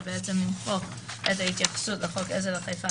זה בעצם למחוק את ההתייחסות לחוק עזר לחיפה,